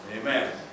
Amen